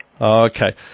Okay